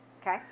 Okay